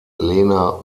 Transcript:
lena